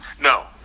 no